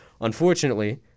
Unfortunately